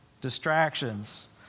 Distractions